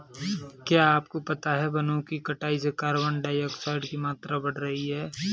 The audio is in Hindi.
क्या आपको पता है वनो की कटाई से कार्बन डाइऑक्साइड की मात्रा बढ़ रही हैं?